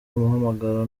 umuhamagaro